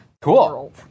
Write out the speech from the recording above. cool